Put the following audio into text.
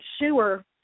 sure